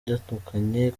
itandukanye